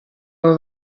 abo